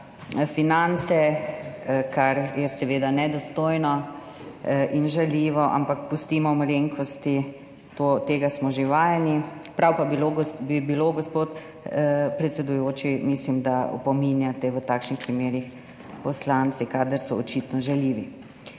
finance, kar je seveda nedostojno in žaljivo, ampak pustimo malenkosti, tega smo že vajeni. Prav pa bi bilo, gospod predsedujoči, da poslance v takšnih primerih opominjate, kadar so očitno žaljivi.